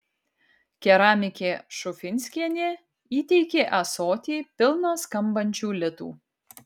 keramikė šufinskienė įteikė ąsotį pilną skambančių litų